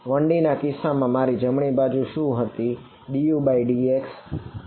1D ના કિસ્સામાં મારી જમણી બાજુ શું હતી કે dudx